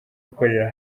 gukorera